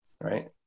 Right